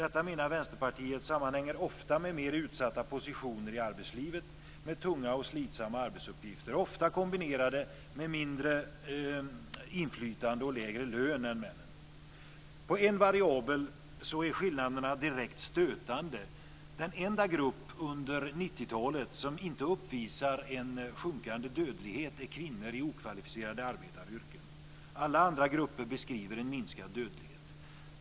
Detta, menar Vänsterpartiet, sammanhänger ofta med mer utsatta positioner i arbetslivet med tunga och slitsamma arbetsuppgifter, ofta kombinerade med mindre inflytande och lägre lön än männen. Alla andra grupper beskriver en minskad dödlighet.